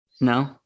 No